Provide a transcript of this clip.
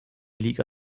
liga